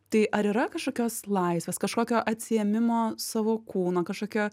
tai ar yra kažkokios laisvės kažkokio atsiėmimo savo kūno kažkokio